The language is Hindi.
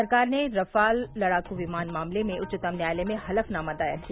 सरकार ने राफाल लड़ाकू विमान मामले में उच्चतम न्यायालय में हलफनामा दायर किया